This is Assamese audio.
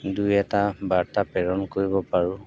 দুই এটা বাৰ্তা প্ৰেৰণ কৰিব পাৰোঁ